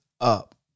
up